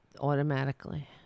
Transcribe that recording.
Automatically